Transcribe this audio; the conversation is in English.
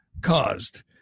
caused